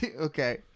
Okay